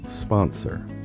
sponsor